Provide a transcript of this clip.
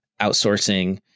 outsourcing